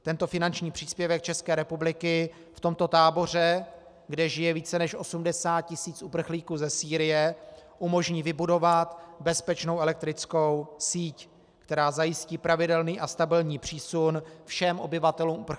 Tento finanční příspěvek České republiky v tomto táboře, kde žije více než 80 tisíc uprchlíků ze Sýrie, umožní vybudovat bezpečnou elektrickou síť, která zajistí pravidelný a stabilní přísun všem obyvatelům uprchlického tábora.